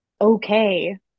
okay